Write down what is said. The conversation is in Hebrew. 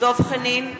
דב חנין,